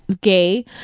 Gay